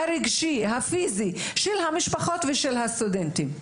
הרגשי והפיזי של המשפחות ושל הסטודנטים.